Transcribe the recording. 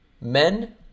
Men